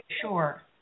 sure